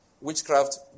witchcraft